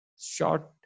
short